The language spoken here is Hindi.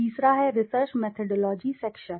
तीसरा है रिसर्च मेथडोलॉजी सेक्शन